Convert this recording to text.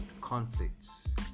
conflicts